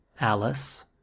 alice